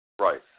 Right